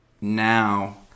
now